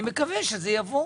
ואני מקווה שזה יבוא.